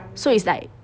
so it's like